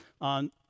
on